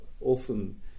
often